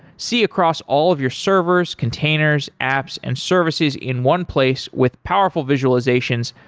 see across all of your servers, containers, apps and services in one place with powerful visualizations,